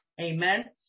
Amen